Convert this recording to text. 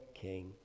King